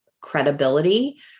credibility